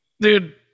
Dude